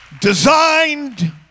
Designed